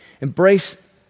embrace